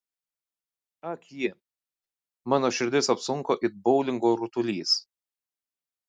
ak ji mano širdis apsunko it boulingo rutulys